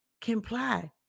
Comply